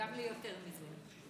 גם ליותר מזה.